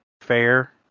Fair